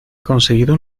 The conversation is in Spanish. conseguido